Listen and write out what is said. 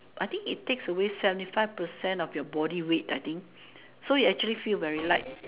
I think it takes away seventy five person of your body weight I think so you actually feel very light